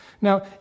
Now